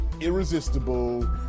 irresistible